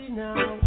now